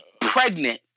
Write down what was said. pregnant